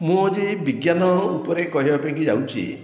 ମୁଁ ଆଜି ବିଜ୍ଞାନ ଉପରେ କହିବା ପାଇଁକି ଯାଉଛି